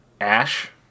ash